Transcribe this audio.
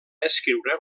escriure